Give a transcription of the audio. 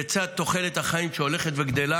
לצד תוחלת החיים שהולכת וגדלה.